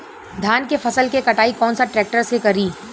धान के फसल के कटाई कौन सा ट्रैक्टर से करी?